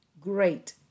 great